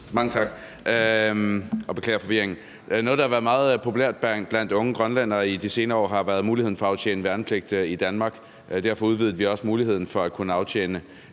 Mange tak. Jeg beklager forvirringen. Noget, der har været meget populært blandt unge grønlændere i de senere år, har været muligheden for at aftjene værnepligt i Danmark. Derfor udvidede vi også muligheden for at kunne aftjene værnepligt,